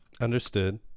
Understood